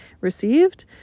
received